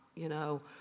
you know,